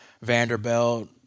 Vanderbilt